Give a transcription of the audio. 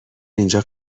اینجا